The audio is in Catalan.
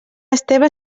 esteve